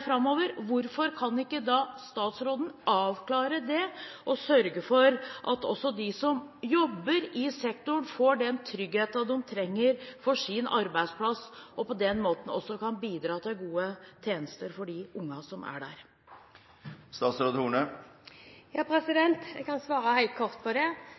framover, hvorfor kan hun ikke da avklare dette og slik sørge for at også de som jobber i sektoren, får den tryggheten de trenger for sin arbeidsplass, og på den måten også bidra til gode tjenester for de ungene som er der? Jeg kan svare helt kort på det: